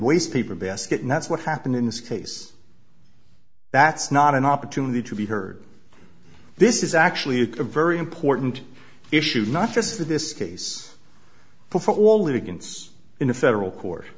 waste paper basket and that's what happened in this case that's not an opportunity to be heard this is actually a very important issue not just for this case before all that against in a federal court